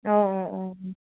অঁ অঁ অঁ